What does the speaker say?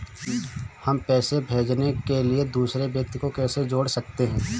हम पैसे भेजने के लिए दूसरे व्यक्ति को कैसे जोड़ सकते हैं?